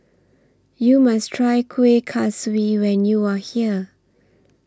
YOU must Try Kuih Kaswi when YOU Are here